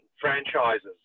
franchises